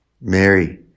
Mary